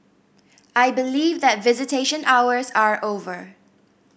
I believe that visitation hours are over